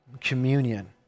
communion